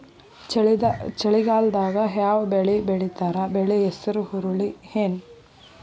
ಚಳಿಗಾಲದಾಗ್ ಯಾವ್ ಬೆಳಿ ಬೆಳಿತಾರ, ಬೆಳಿ ಹೆಸರು ಹುರುಳಿ ಏನ್?